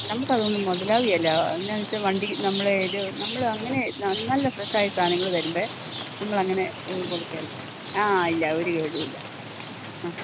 നമുക്കതൊന്നും മുതലാകുകയില്ല എന്നാ എന്നു വെച്ചാൽ വണ്ടി നമ്മളേത് നമ്മൾ അങ്ങനെ നല്ല ഫ്രഷായ സാധനങ്ങൾ വരുമ്പം നമ്മളങ്ങനെ കൊടുക്കുകയില്ല ആ ഇല്ല ഒരു കേടുമില്ല അ